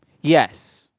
Yes